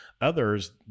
Others